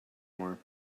more